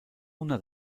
una